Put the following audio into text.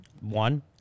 One